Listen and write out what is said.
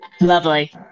Lovely